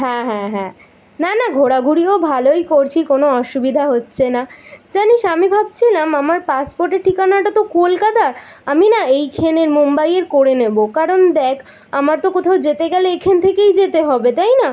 হ্যাঁ হ্যাঁ হ্যাঁ না না ঘোরাঘুরিও ভালোই করছি কোনো অসুবিধা হচ্ছে না জানিস আমি ভাবছিলাম আমার পাসপোর্টের ঠিকানাটা তো কলকাতার আমি না এইখেনের মুম্বাইয়ের করে নেব কারণ দেখ আমার তো কোথাও যেতে গেলে এখান থেকেই যেতে হবে তাই না